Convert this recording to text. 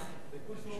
אופיר אקוניס,